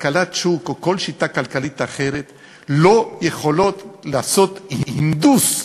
כלכלת שוק או כל שיטה כלכלית אחרת לא יכולות לעשות הִנדוּס,